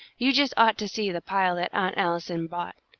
you just ought to see the pile that aunt allison bought.